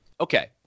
okay